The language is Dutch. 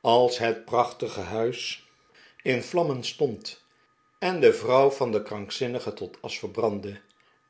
als het prachtige huis in vlammen stond en de vrouw van den krankzinnige tot asch verbrandde